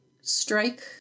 strike